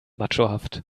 machohaft